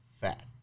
fat